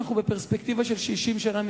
בפרספקטיבה של 60 שנה,